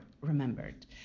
remembered